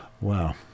Wow